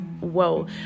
whoa